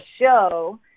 show